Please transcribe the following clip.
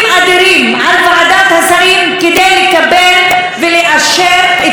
ועדת השרים כדי לקבל ולאשר את ההמלצות,